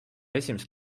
esimest